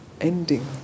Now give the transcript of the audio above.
ending